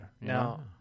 Now